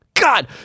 God